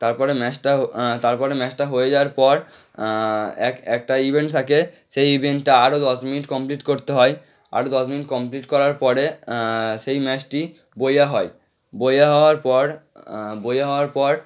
তারপরে ম্যাচটা তারপরে ম্যাচটা হয়ে যাওয়ার পর এক একটা ইভেন্ট থাকে সেই ইভেনটা আরো দশ মিনিট কমপ্লিট করতে হয় আরো দশ মিনিট কমপ্লিট করার পরে সেই ম্যাচটি বোঝা হয় বোঝা হওয়ার পর বোঝা হওয়ার পর